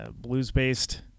Blues-based